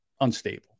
unstable